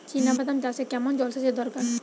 চিনাবাদাম চাষে কেমন জলসেচের দরকার?